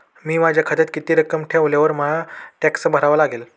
मी माझ्या खात्यात किती रक्कम ठेवल्यावर मला टॅक्स भरावा लागेल?